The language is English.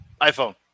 iPhone